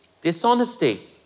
Dishonesty